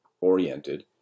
oriented